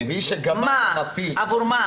עבור מה?